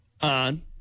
on